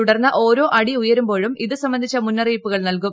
തുടർന്ന് ഓരോ അടി ഉയരുമ്പോഴും ഇത്തൂസംബന്ധിച്ച മുന്നറിയിപ്പുകൾ നൽകും